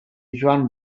joan